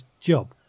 job